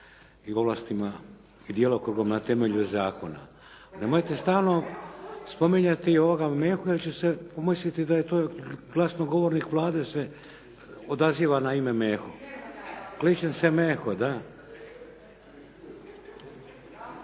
i ovlastima, i djelokrugom na temelju zakona. Nemojte stalno spominjati ovoga Mehu jer će se pomisliti da je to glasnogovornik Vlade se odaziva na ime Meho. Kličem se Meho, da.